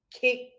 kick